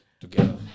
Together